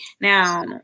Now